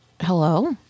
hello